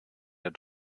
der